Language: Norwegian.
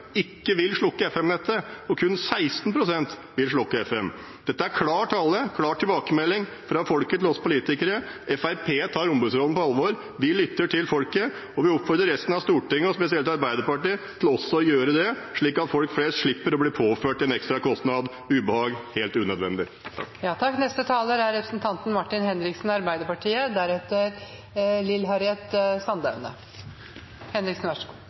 ikke vil slukke FM-nettet, og kun 16 pst. vil slukke det. Dette er klar tale og en klar tilbakemelding fra folket til oss politikere. Fremskrittspartiet tar ombudsrollen på alvor. Vi lytter til folket, og vi oppfordrer resten av Stortinget – spesielt Arbeiderpartiet – til også å gjøre det, slik at folk flest slipper å bli påført en ekstra kostnad og ubehag helt unødvendig.